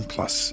Plus